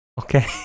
Okay